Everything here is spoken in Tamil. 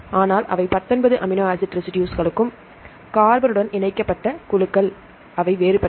ஆனால் அவை பத்தொன்பது அமினோ ஆசிட் ரெசிடுஸ்களும் கார்பனுடன் இணைக்கப்பட்ட குழுக்கள் அவை வேறுபட்டவை